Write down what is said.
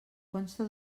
consta